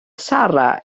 sarra